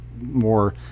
more